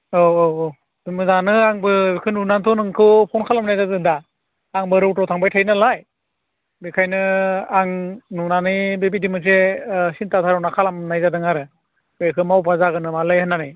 औ औ औ मोजाङानो आंबो बिखोनो नुनानैथ' नोंखौ फन खालामनाय जादों दा आंबो रौथायाव थांबाय थायो नाला बेखायनो आं नुनानै बेबायदि मोनसे सिन्था धारना खालामनाय जादों आरो बेखो मावब्ला जागोन नामालै होननानै